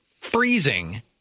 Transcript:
freezing